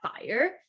fire